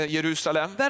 Jerusalem